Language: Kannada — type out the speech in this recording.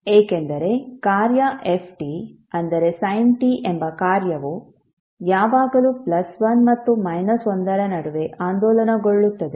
ಏಕೆಂದರೆ ಕಾರ್ಯ f t ಅಂದರೆ sin t ಎಂಬ ಕಾರ್ಯವು ಯಾವಾಗಲೂ ಪ್ಲಸ್ 1 ಮತ್ತು ಮೈನಸ್ 1 ರ ನಡುವೆ ಆಂದೋಲನಗೊಳ್ಳುತ್ತದೆ